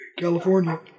california